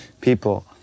people